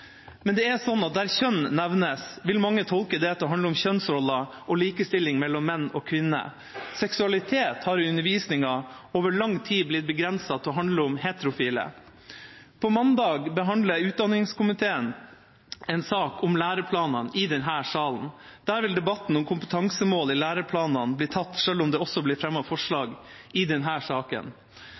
men der kjønn nevnes, vil mange tolke det til å handle om kjønnsroller og likestilling mellom menn og kvinner. Seksualitet har i undervisningen over lang tid blitt begrenset til å handle om heterofile. På mandag behandler utdanningskomiteen i denne sal en sak om læreplanene. Der vil debatten om kompetansemål i læreplanene bli tatt, selv om det også blir fremmet forslag i denne saken.